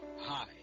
Hi